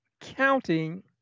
counting